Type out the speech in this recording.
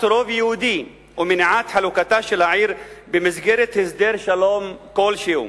רוב יהודי ומניעת חלוקתה של העיר במסגרת הסדר שלום כלשהו.